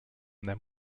them